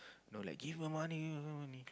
know like give my money give my money